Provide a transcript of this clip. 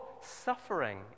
suffering